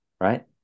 right